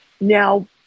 Now